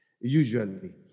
Usually